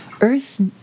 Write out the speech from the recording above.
earth